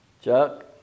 Chuck